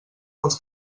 pels